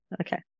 Okay